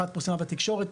אחת פורסמה בתקשורת,